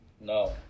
No